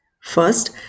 First